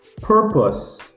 purpose